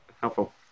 Helpful